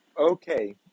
okay